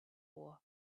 war